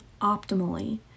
optimally